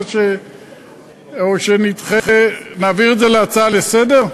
או שנעביר את זה להצעה לסדר-היום?